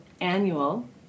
annual